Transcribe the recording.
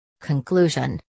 Conclusion